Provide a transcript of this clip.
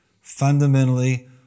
fundamentally